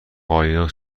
قایق